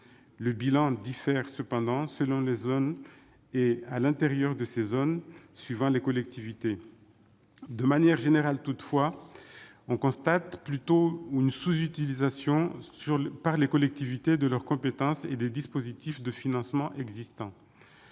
Le bilan diffère cependant selon les zones et, à l'intérieur de ces zones, suivant les collectivités. De manière générale toutefois, on constate plutôt une sous-utilisation par les collectivités de leurs compétences et des dispositifs de financement existants.